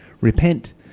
Repent